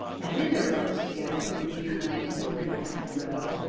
and in their rides together through the green lanes and pretty country roads,